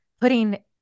putting